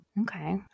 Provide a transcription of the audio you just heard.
Okay